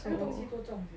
那个东西多重 sia